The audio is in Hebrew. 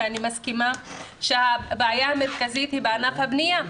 אני מסכימה שהבעיה המרכזית היא בענף הבנייה,